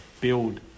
build